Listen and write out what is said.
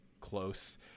close